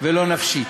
ולא נפשית.